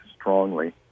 strongly